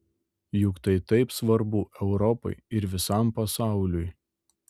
juk tai taip svarbu europai ir visam pasauliui